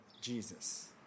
Jesus